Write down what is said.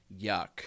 Yuck